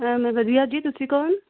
ਮੈਂ ਵਧੀਆ ਜੀ ਤੁਸੀਂ ਕੌਣ